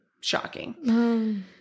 Shocking